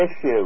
issue